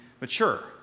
mature